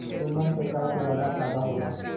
एमन सरकार के जादा फायदा होला